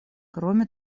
кроме